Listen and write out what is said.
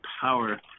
power